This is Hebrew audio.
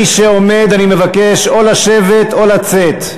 מי שעומד, אני מבקש או לשבת או לצאת.